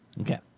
Okay